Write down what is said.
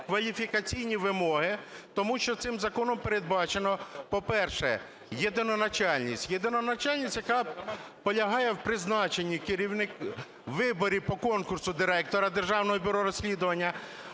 кваліфікаційні вимоги? Тому що цим законом передбачено, по-перше, єдиноначальність. Єдиноначальність, яка полягає в призначенні, вибори по конкурсу директора Державного бюро розслідувань,